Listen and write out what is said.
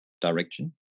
direction